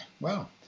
Wow